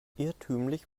irrtümlich